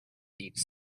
each